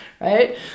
right